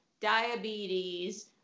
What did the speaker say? diabetes